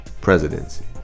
Presidency